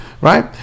right